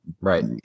right